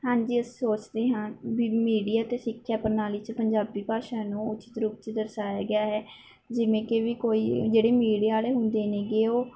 ਹਾਂਜੀ ਅਸੀਂ ਸੋਚਦੇ ਹਾਂ ਵੀ ਮੀਡੀਆ 'ਤੇ ਸਿੱਖਿਆ ਪ੍ਰਣਾਲੀ 'ਚ ਪੰਜਾਬੀ ਭਾਸ਼ਾ ਨੂੰ ਉਚਿਤ ਰੂਪ 'ਚ ਦਰਸਾਇਆ ਗਿਆ ਹੈ ਜਿਵੇਂ ਕਿ ਵੀ ਕੋਈ ਜਿਹੜੀ ਮੀਡੀਆ ਵਾਲੇ ਹੁੰਦੇ ਹੈਗੇ ਉਹ